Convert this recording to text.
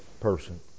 person